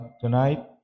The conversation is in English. tonight